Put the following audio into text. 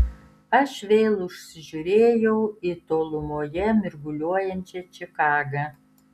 aš vėl užsižiūrėjau į tolumoje mirguliuojančią čikagą